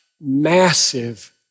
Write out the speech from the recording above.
massive